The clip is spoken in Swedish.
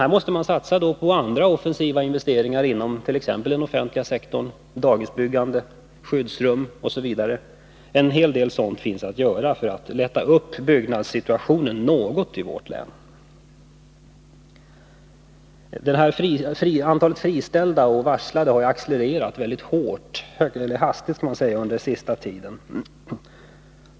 Här måste man i stället satsa på andra offensiva investeringar inom t.ex. den offentliga sektorn — dagisbyggande, skyddsrumsbyggande osv. En hel del sådant finns att göra för att något lätta situationen i fråga om byggandet i vårt län. Antalet friställda och varslade har accelererat väldigt hastigt, får man säga, under den senaste tiden.